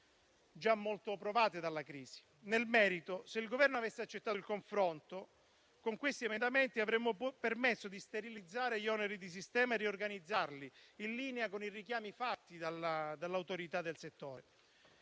già molto provate dalla crisi. Nel merito, se il Governo avesse accettato il confronto, con questi emendamenti avremmo permesso di sterilizzare gli oneri di sistema e riorganizzarli, in linea con i richiami fatti dall'autorità del settore.